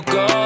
go